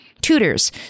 Tutors